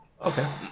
Okay